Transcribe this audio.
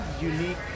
unique